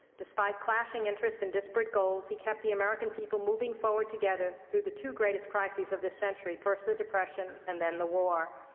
despite clashing interests and disparate goals, he kept the american people moving forward together through the two greatest crises of this century, first the depression, and then the war.